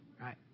right